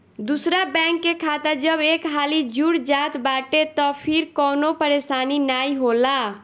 दूसरा बैंक के खाता जब एक हाली जुड़ जात बाटे तअ फिर कवनो परेशानी नाइ होला